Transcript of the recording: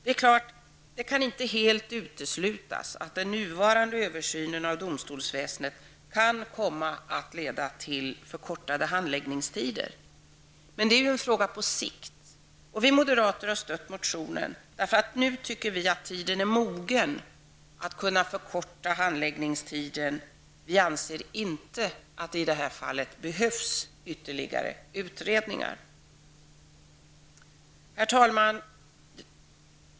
Det är klart att det inte helt kan uteslutas att den nuvarande översynen av domstolsväsendet kan komma att leda till förkortade handläggningstider. Men det är ju en fråga på sikt, och vi moderater har stött motionen, eftersom vi nu tycker att tiden är mogen att kunna förkorta handläggningstiden. Vi anser inte att det i det här fallet behövs ytterligare utredningar. Herr talman!